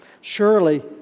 Surely